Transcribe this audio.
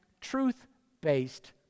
truth-based